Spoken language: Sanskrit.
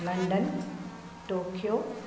London Tokyo